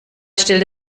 stellte